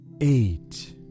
eight